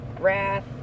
wrath